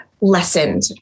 lessened